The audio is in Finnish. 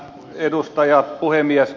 arvoisa puhemies